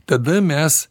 tada mes